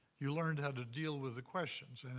you learned how to deal with the questions. and